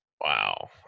Wow